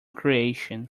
creation